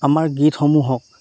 আমাৰ গীতসমূহক